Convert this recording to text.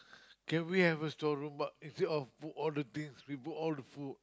can we have a store room but instead of put all the things we put all the food